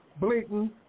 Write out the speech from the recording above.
Blatant